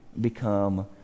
become